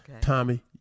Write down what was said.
Tommy